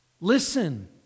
Listen